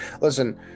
listen